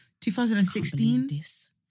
2016